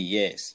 yes